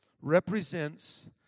represents